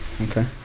Okay